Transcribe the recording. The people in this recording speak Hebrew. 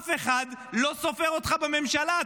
אף אחד לא סופר אותך בממשלה.